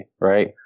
right